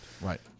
right